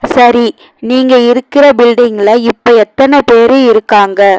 சரி நீங்கள் இருக்கிற பில்டிங்கில் இப்போ எத்தனை பேரு இருக்காங்க